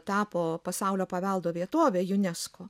tapo pasaulio paveldo vietove unesco